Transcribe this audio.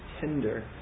tender